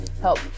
help